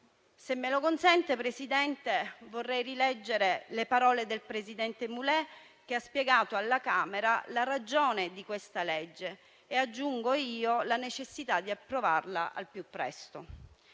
Se me lo consente, Presidente, vorrei rileggere le parole del presidente Mulè, che ha spiegato alla Camera la ragione di questo disegno di legge e - aggiungo io - la necessità di approvarlo al più presto: